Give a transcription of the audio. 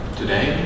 today